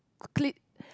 clip